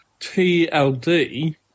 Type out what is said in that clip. TLD